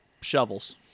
shovels